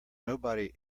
nobody